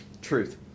Truth